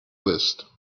list